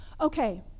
Okay